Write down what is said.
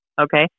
Okay